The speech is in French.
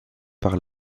par